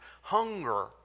hunger